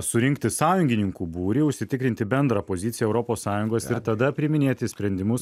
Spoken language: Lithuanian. surinkti sąjungininkų būrį užsitikrinti bendrą poziciją europos sąjungos ir tada priiminėti sprendimus